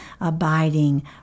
abiding